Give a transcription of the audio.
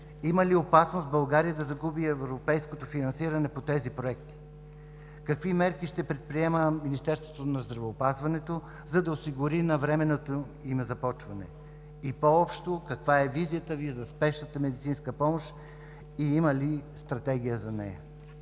Има ли опасност в България да загуби европейското финансиране по тези проекти? Какви мерки ще предприеме Министерството на здравеопазването, за да осигури навременното им започване? И по общо: каква е визията Ви за спешната медицинска помощ и има ли стратегия за нея?